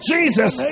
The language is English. Jesus